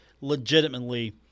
legitimately